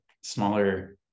smaller